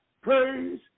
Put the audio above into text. Praise